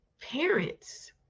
parents